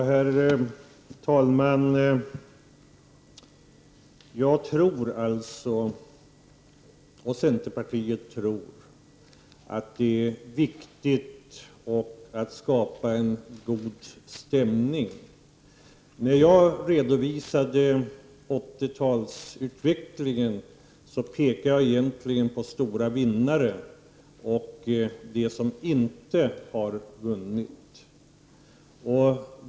Herr talman! Jag och övriga i centerpartiet tror alltså att det är viktigt att skapa en god stämning. När jag redovisade 80-talsutvecklingen pekade jag egentligen på stora vinnare och på dem som inte har vunnit.